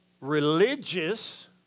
religious